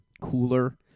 cooler